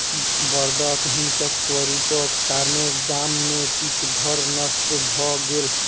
बड़दक हिंसक स्वरूपक कारणेँ गाम में किछ घर नष्ट भ गेल